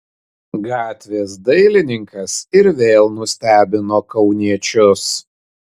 gatvės dailininkas ir vėl nustebino kauniečius